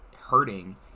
hurting